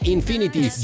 Infinity